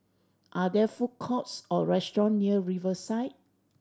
are there food courts or restaurant near Riverside